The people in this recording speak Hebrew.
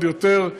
עוד יותר,